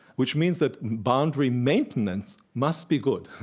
which means that boundary maintenance must be good.